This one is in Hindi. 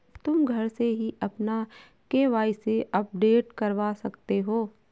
तुम घर से ही अपना के.वाई.सी अपडेट करवा सकते हो